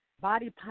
body